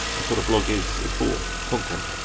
that's what a blog is is for, content.